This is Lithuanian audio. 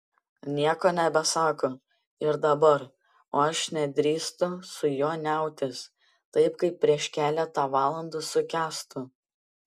nieko nebesako ir dabar o aš nedrįstu su juo niautis taip kaip prieš keletą valandų su kęstu